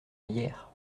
hyères